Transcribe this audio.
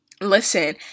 Listen